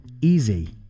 Easy